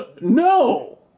no